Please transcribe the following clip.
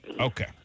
Okay